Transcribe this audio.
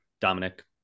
Dominic